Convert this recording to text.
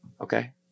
okay